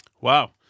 Wow